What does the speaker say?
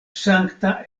sankta